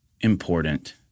important